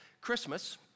Christmas